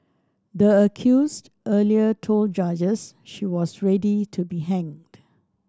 the accused earlier told judges she was ready to be hanged